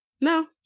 no